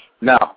No